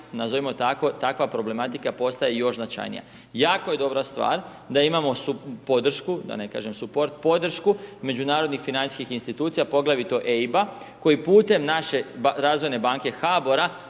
nazovimo tako, takva problematika postaje još značajnija. Jako je dobra stvar da imamo supodršku, da ne kažem support, podršku međunarodnih financijskih institucija, poglavito EIB-a, koji putem naše razvojne banke HBOR-a,